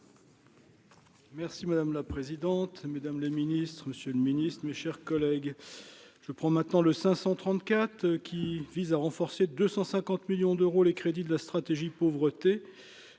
Merci madame la présidente, madame le Ministre, Monsieur le Ministre, mes chers collègues, je prends maintenant le 534 qui vise à renforcer 250 millions d'euros, les crédits de la stratégie pauvreté